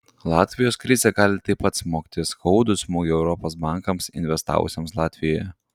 latvijos krizė gali taip pat smogti skaudų smūgį europos bankams investavusiems latvijoje